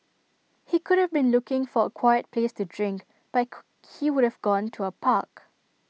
he could have been looking for A quiet place to drink but he would've gone to A park